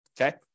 Okay